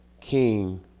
king